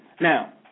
now